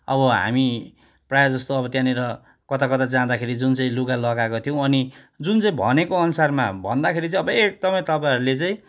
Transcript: अब हामी प्रायः जस्तो अब त्यहाँनिर कताकता जाँदाखेरि जुन चाहिँ लुगा लगाएको थियौँ अनि जुन चाहिँ भनेको अनुसारमा भन्दाखेरि चाहिँ अब एकदमै तपाईँहरूले चाहिँ